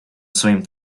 своим